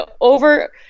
over